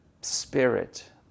spirit